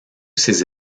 ses